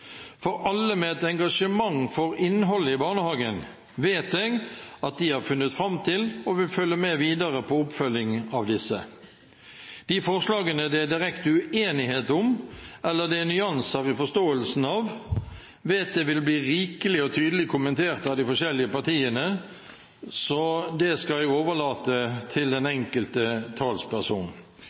For alle med et engasjement for innholdet i barnehagen vet jeg at de har funnet fram til og vil følge med videre på oppfølgingen av disse. De forslagene det er direkte uenighet om, eller som det er nyanser i forståelsen av, vet jeg vil bli rikelig og tydelig kommentert av de forskjellige partiene, så det skal jeg overlate til den enkelte talsperson.